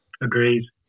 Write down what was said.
Agreed